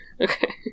Okay